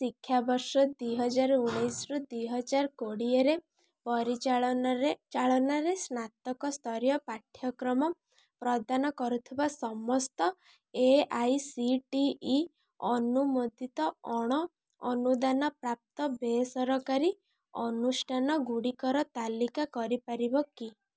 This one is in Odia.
ଶିକ୍ଷାବର୍ଷ ଦୁଇ ହଜାର ଉଣେଇଶି ରୁ ଦୁଇ ହଜାର କୋଡ଼ିଏ ରେ ପରିଚାଳନରେ ଚାଳନାରେ ସ୍ନାତକ ସ୍ତରୀୟ ପାଠ୍ୟକ୍ରମ ପ୍ରଦାନ କରୁଥିବା ସମସ୍ତ A I C T E ଅନୁମୋଦିତ ଅଣ ଅନୁଦାନ ପ୍ରାପ୍ତ ବେସରକାରୀ ଅନୁଷ୍ଠାନ ଗୁଡ଼ିକର ତାଲିକା କରିପାରିବ କି